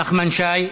נחמן שי,